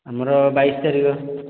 ଆମର ବାଇଶ ତାରିଖ